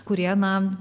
kurie na